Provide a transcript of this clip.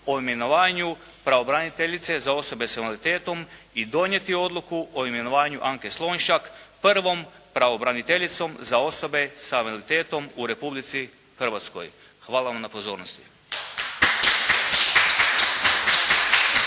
o imenovanju pravobraniteljice za osobe s invaliditetom i donijeti odluku o imenovanju Anke Slonjšak prvom pravobraniteljicom za osobe s invaliditetom u Republici Hrvatskoj. Hvala vam na pozornosti.